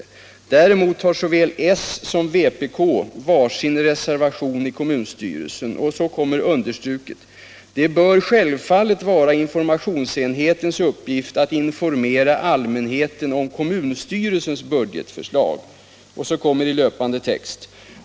Däremot har såväl som varsin reservation i kommunstyrelsen. Det bör självfallet vara informationsenhetens uppgift att informera allmänheten om Kommunstyrelsens budgetförslag.